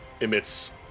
emits